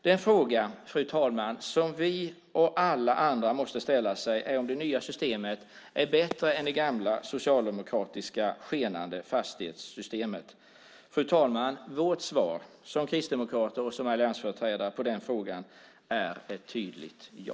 Den fråga, fru talman, som vi alla måste ställa oss är om det nya systemet är bättre än det gamla socialdemokratiska systemet med skenande fastighetsskatt. Fru talman! Vårt svar, som kristdemokrater och som alliansföreträdare, på den frågan är ett tydligt ja.